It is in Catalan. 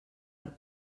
per